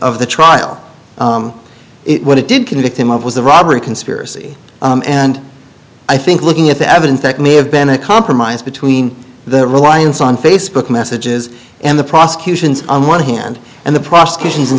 of the trial it what it did convict him of was the robbery conspiracy and i think looking at the evidence that may have been a compromise between the reliance on facebook messages and the prosecutions on one hand and the prosecution's in